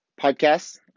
Podcasts